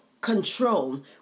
Control